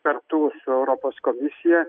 kartu su europos komisija